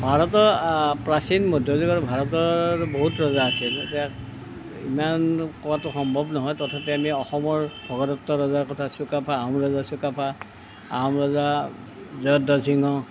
ভাৰতৰ প্ৰাচীন মধ্যযুগৰ ভাৰতৰ বহুত ৰজা আছিল এতিয়া ইমান কোৱাটো সম্ভৱ নহয় তথাপি আমি অসমৰ ভগদত্ত ৰজাৰ কথা চুকাফা আহোম ৰজা চুকাফা আহোম ৰজা জয়ধ্বজ সিংহ